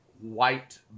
white